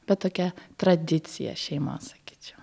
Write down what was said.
bet tokia tradicija šeimos sakyčiau